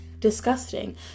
disgusting